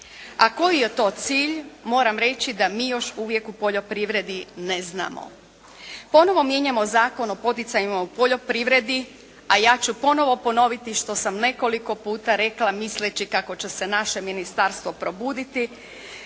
A koji je to cilj, moram reći da mi još uvijek u poljoprivredi ne znamo. Ponovo mijenjamo Zakon o poticajima u poljoprivredi a ja ću ponovo ponoviti što sam nekoliko puta rekla misleći kako će se naše ministarstvo probuditi